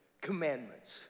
commandments